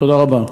תודה רבה.